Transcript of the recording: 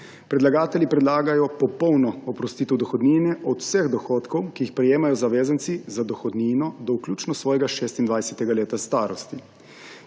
Predlagatelji predlagajo popolno oprostitev dohodnine od vseh dohodkov, ki jih prejemajo zavezanci za dohodnino do vključno svojega 26. leta starosti.